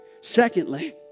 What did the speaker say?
Secondly